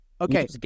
Okay